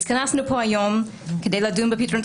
התכנסנו כאן היום כדי לדון בפתרונות